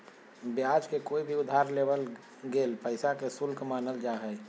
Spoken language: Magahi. ब्याज के कोय भी उधार लेवल गेल पैसा के शुल्क मानल जा हय